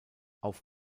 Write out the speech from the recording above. auf